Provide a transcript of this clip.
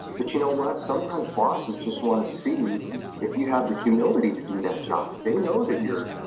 but you know what? sometimes bosses just want to see if you have the humility to do that job. they know that you're